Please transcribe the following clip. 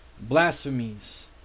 blasphemies